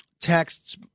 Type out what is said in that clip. texts